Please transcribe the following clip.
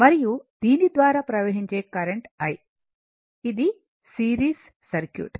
మరియు దీని ద్వారా ప్రవహించే కరెంట్ i ఇది సిరీస్ సర్క్యూట్